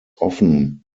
often